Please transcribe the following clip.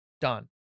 Done